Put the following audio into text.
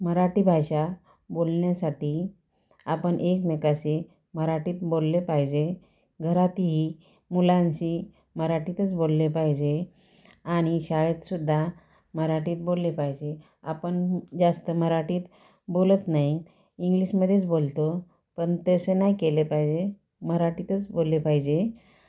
मराठी भाषा बोलण्यासाठी आपण एकमेकाशी मराठीत बोलले पाहिजे घरातही मुलांशी मराठीतच बोलले पाहिजे आणि शाळेतसुद्धा मराठीत बोलले पाहिजे आपण जास्त मराठीत बोलत नाही इंग्लिशमध्येच बोलतो पण तसे नाही केले पाहिजे मराठीतच बोलले पाहिजे